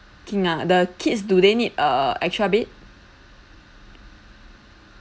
king ah the kids do they need err extra bed